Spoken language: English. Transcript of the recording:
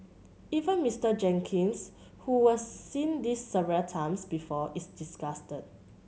even Mister Jenkins who was seen this several times before is disgusted